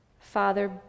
Father